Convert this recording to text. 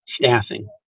staffing